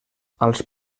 als